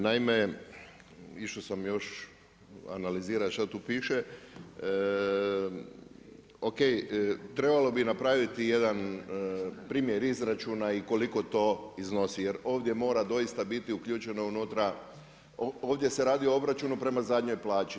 Naime, išao sam još analizirati šta tu piše, OK, trebalo bi napraviti jedan primjer izračuna i koliko to iznosi jer ovdje mora doista biti uključeno unutra, ovdje se radi o obračunu prema zadnjoj plaći.